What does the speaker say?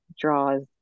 draws